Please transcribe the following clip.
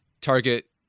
target